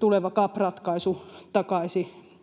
tuleva CAP-ratkaisu takaisi